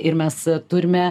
ir mes turime